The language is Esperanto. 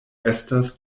estas